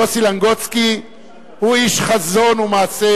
יוסי לנגוצקי הוא איש חזון ומעשה,